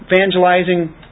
evangelizing